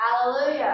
Hallelujah